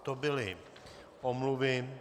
To byly omluvy.